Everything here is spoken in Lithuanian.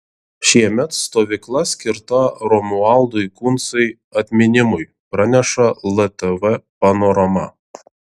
šiemet stovykla skirta romualdui kuncai atminimui praneša ltv panorama